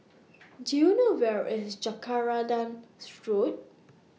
Do YOU know Where IS Jacaranda Road